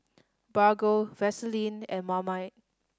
Bargo Vaseline and Marmite